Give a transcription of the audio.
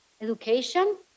education